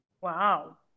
Wow